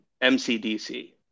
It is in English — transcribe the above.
MCDC